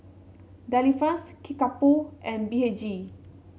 Delifrance Kickapoo and B H G